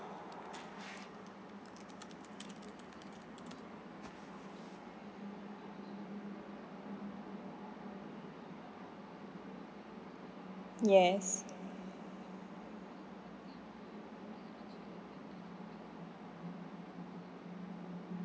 yes